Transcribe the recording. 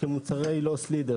כמוצרים במחירי הפסד,